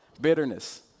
bitterness